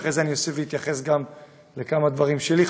ואחרי זה אני אוסיף ואתייחס לכמה דברים שלי.